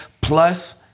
plus